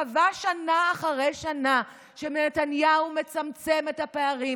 קבע שנה אחרי שנה שנתניהו מצמצם את הפערים,